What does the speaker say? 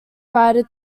writer